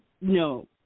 No